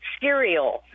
cereal